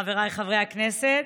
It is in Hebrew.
חבריי חברי הכנסת,